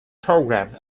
programme